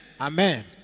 Amen